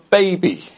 baby